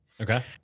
Okay